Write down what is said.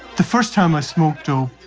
the first time i smoked dope,